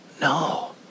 No